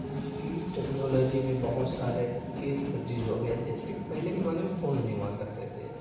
جی technology میں بہت سارے چیز تبدیل ہو گئے جیسے کہ پہلے کے زمانے میں فونز نہیں ہوا کرتے تھے